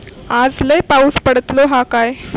आज लय पाऊस पडतलो हा काय?